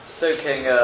soaking